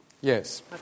Yes